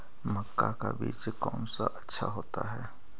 मक्का का बीज कौन सा अच्छा होता है?